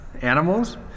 animals